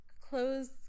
close